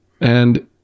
and-